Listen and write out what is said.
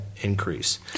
increase